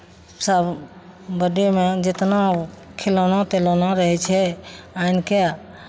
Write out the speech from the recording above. सभ बड्डेमे जेतना खेलौना तेलौना रहै छै आनि कऽ